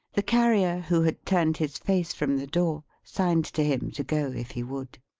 the carrier who had turned his face from the door, signed to him to go if he would.